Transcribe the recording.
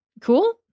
Cool